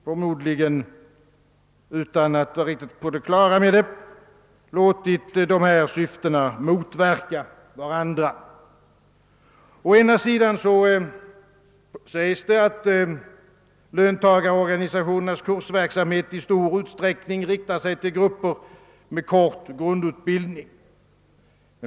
Förmodligen utan att riktigt vara på det klara med det har man sedan låtit dessa syften motverka varandra. Å ena sidan sägs det att löntagarorganisationernas kursverksamhet i stor utsträckning riktar sigtill grupper med kort grundutbildning.